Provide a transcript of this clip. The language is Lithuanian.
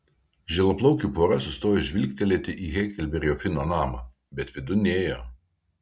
žilaplaukių pora sustojo žvilgtelėti į heklberio fino namą bet vidun nėjo